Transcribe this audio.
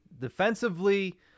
Defensively